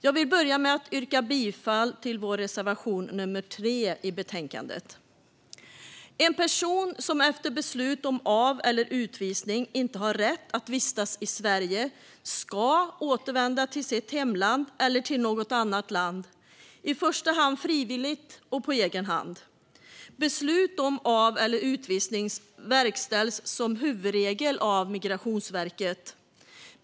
Jag vill börja med att yrka bifall till vår reservation nr 3 i betänkandet. En person som efter beslut om av eller utvisning inte har rätt att vistas i Sverige ska återvända till sitt hemland eller till något annat land, i första hand frivilligt och på egen hand. Beslut om av eller utvisning verkställs som huvudregel av Migrationsverket.